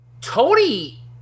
Tony